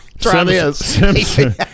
Simpson